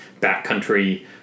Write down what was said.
backcountry